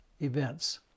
events